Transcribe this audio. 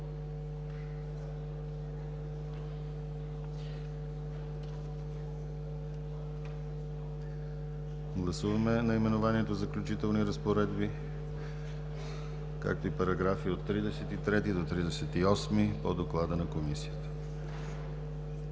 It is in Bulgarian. се 32. Наименованието „Заключителни разпоредби“ и параграфи от 33 до 38 по доклада на Комисията